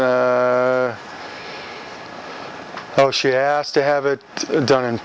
is she asked to have it done in